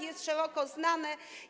jest szeroko znany.